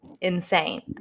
insane